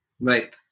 Right